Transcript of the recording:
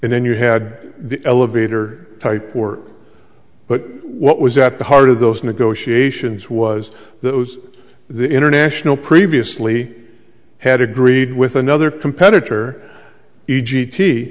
and then you had the elevator type work but what was at the heart of those negotiations was that was the international previously had agreed with another competitor